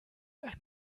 ein